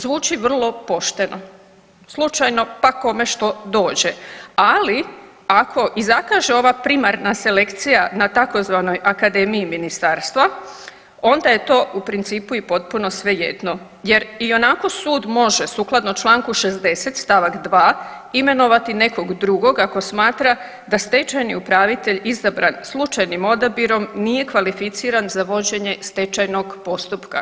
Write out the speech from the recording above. Zvuči vrlo pošteno, slučajno pa kome što dođe, ali ako i zakaže ova primarna selekcija na tzv. akademiji ministarstva onda je to u principu i potpuno svejedno jer i onako sud može sukladno čl. 60. st. 2. imenovat nekog drugog ako smatra da stečajni upravitelj izabran slučajnim odabirom nije kvalificiran za vođenje stečajnog postupka.